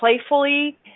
playfully